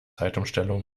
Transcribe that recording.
zeitumstellung